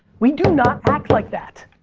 we do not act like that.